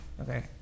Okay